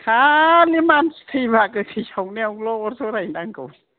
खालि मानसि थैबा गोथै सावनायावल' अर जरायनो नांगौ